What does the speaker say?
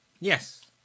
Yes